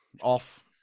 Off